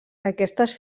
aquestes